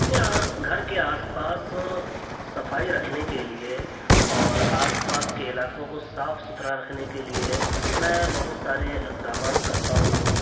اپنے گھر کے آس پاس صفائی رکھنے کے لیے اور آس پاس کے علاقوں کو صاف ستھرا رکھنے کے لیے میں بہت سارے اقدامات کرتا ہوں